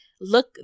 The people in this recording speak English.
look